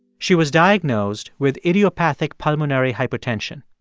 she was diagnosed with idiopathic pulmonary hypertension.